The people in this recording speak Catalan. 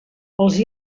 els